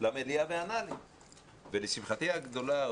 למליאה וענה לי ולשמחתי הגדולה,